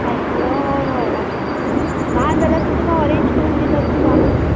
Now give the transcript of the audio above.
तायकीळो हय हय आसा नाजाल्यार सुद्दां हांव अरेंज करून दिता तूं सांगच